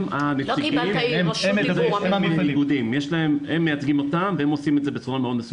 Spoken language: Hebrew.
יש להם נציגים שמייצגים אותם ועושים את זה בצורה מאוד מסודרת.